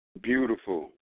Beautiful